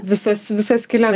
visas visas skyles